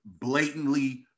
blatantly